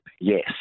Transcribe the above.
yes